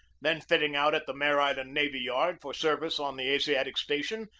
then fitting out at the mare island navy yard for service on the asiatic station,